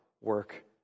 work